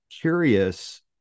curious